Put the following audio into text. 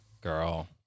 Girl